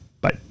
bye